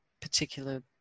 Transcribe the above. particular